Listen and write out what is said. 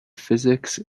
physics